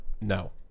No